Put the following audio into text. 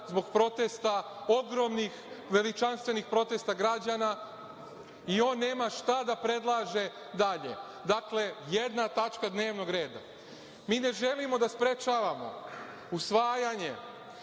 zbog protesta ogromnih, veličanstvenih protesta građana i on nema šta da predlaže dalje. Dakle, jedna tačka dnevnog reda. Mi ne želimo da sprečavamo usvajanje